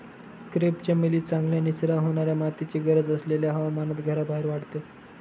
crepe चमेली चांगल्या निचरा होणाऱ्या मातीची गरज असलेल्या हवामानात घराबाहेर वाढते